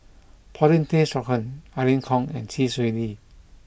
Paulin Tay Straughan Irene Khong and Chee Swee Lee